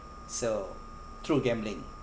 so through gambling